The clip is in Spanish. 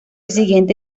siguiente